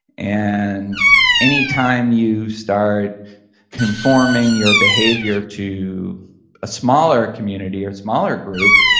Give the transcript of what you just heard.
and anytime you start conforming your behavior to a smaller community or smaller group,